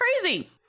crazy